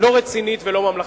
לא רצינית ולא ממלכתית.